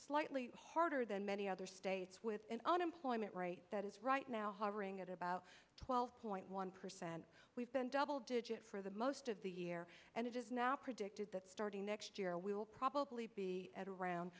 slightly harder than many other states with an unemployment rate that is right now hovering at about twelve point one percent we've been double digit for the most of the year and it is now predicted that starting next year we will probably be at around